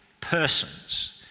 persons